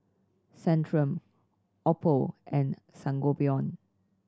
Centrum Oppo and Sangobion